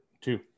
two